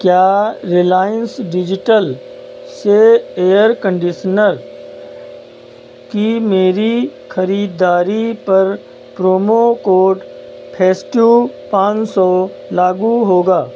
क्या रिलायंस डिजिटल से air conditioner की मेरी ख़रीदारी पर प्रोमो कोड फेस्टिव पाँच सौ लागू होगा